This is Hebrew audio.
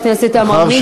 חבר הכנסת עמרם מצנע.